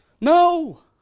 No